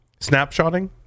snapshotting